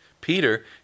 Peter